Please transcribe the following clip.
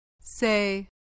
Say